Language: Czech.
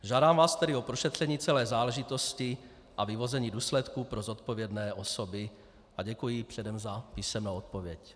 Žádám vás tedy o prošetření celé záležitosti a vyvození důsledků pro zodpovědné osoby a děkuji předem za písemnou odpověď.